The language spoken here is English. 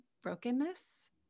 brokenness